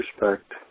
respect